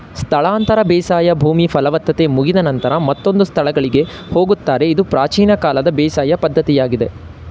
ಸ್ಥಳಾಂತರ ಬೇಸಾಯ ಭೂಮಿ ಫಲವತ್ತತೆ ಮುಗಿದ ನಂತರ ಮತ್ತೊಂದು ಸ್ಥಳಗಳಿಗೆ ಹೋಗುತ್ತಾರೆ ಇದು ಪ್ರಾಚೀನ ಕಾಲದ ಬೇಸಾಯ ಪದ್ಧತಿಯಾಗಿದೆ